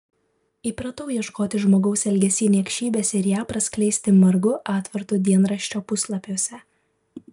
įpratau ieškoti žmogaus elgesy niekšybės ir ją praskleisti margu atvartu dienraščio puslapiuose